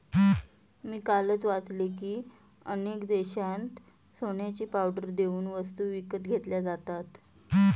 मी कालच वाचले की, अनेक देशांत सोन्याची पावडर देऊन वस्तू विकत घेतल्या जातात